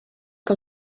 que